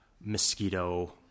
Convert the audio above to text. mosquito